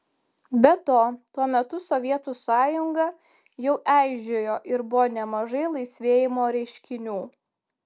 be to tuo metu sovietų sąjunga jau eižėjo ir buvo nemažai laisvėjimo reiškinių